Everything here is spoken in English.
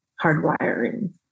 hardwiring